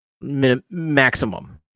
maximum